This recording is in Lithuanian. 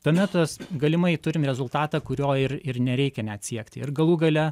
tuomet tas galimai turim rezultatą kurio ir ir nereikia net siekti ir galų gale